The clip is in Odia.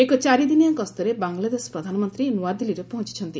ଏକ ଚାରିଦିନିଆ ଗସ୍ତରେ ବାଂଲାଦେଶ ପ୍ରଧାନମନ୍ତ୍ରୀ ନୂଆଦିଲ୍ଲୀରେ ପହଞ୍ଚଛନ୍ତି